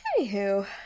anywho